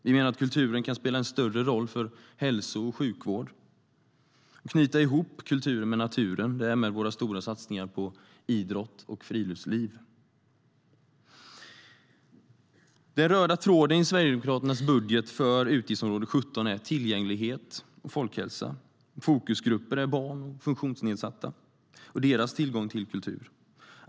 Vi menar att kulturen kan spela en större roll för hälso och sjukvård och knyta ihop kulturen med naturen, därav våra stora satsningar på idrott och friluftsliv. Den röda tråden i Sverigedemokraternas budget för utgiftsområde 17 är tillgänglighet och folkhälsa, och fokusgrupper är barn och funktionsnedsatta och deras tillgång till kultur.